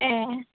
ए